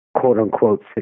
quote-unquote